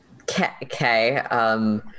Okay